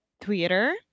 Twitter